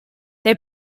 they